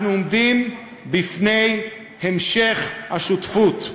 אנחנו עומדים בפני המשך השותפות.